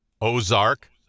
ozark